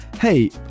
Hey